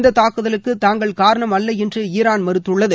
இந்த தாக்குதலுக்கு தாங்கள் காரணம் அல்லை என்று ஈரான் மறுத்துள்ளது